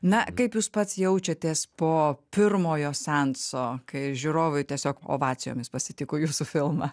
na kaip jūs pats jaučiatės po pirmojo seanso kai žiūrovai tiesiog ovacijomis pasitiko jūsų filmą